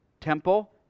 temple